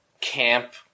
camp